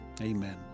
Amen